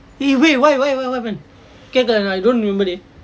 eh wait why why what happen